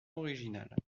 originale